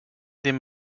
dem